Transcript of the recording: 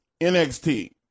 NXT